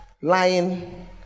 Lying